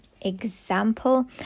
example